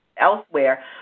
elsewhere